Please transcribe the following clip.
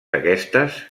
aquestes